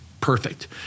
perfect